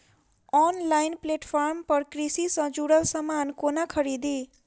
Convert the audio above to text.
Online platform पर कृषि सँ जुड़ल समान कोना खरीदी?